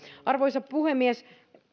arvoisa puhemies